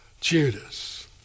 Judas